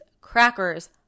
crackers